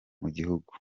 gihugu